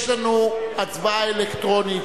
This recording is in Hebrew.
יש לנו הצבעה אלקטרונית,